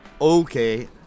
Okay